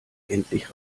endlich